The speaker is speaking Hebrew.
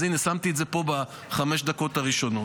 אז הינה, שמתי את זה פה בחמש הדקות הראשונות.